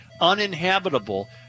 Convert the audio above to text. uninhabitable